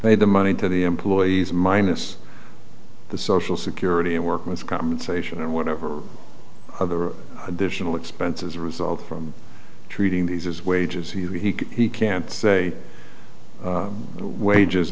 pay the money to the employees minus the social security and workman's compensation and whatever other additional expenses result from treating these as wages he can't say wages